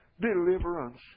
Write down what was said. Deliverance